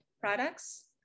products